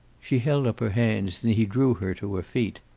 she held up her hands, and he drew her to her feet.